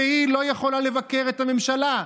והיא לא יכולה לבקר את הממשלה,